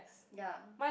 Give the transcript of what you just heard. ya